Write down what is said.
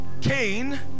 Cain